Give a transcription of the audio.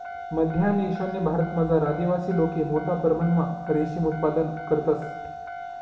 मध्य आणि ईशान्य भारतमझार आदिवासी लोके मोठा परमणमा रेशीम उत्पादन करतंस